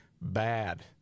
bad